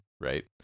Right